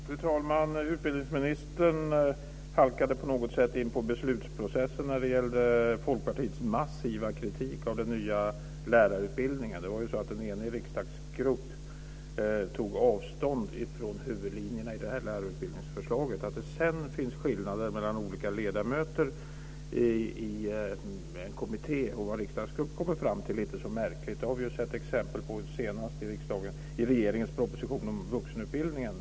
Fru talman! Utbildningsministern halkade på något sätt in på beslutsprocessen när det gäller Folkpartiets massiva kritik av den nya lärarutbildningen. En enig riksdagsgrupp tog avstånd ifrån huvudlinjerna i lärarutbildningsförslaget. Att det sedan finns skillnader mellan vad olika ledamöter i en kommitté och en riksdagsgrupp kommer fram till är inte något märkligt. Det har vi sett exempel på senast i regeringens proposition om vuxenutbildningen.